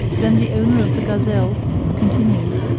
then the owner of the gazelle continued